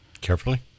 Carefully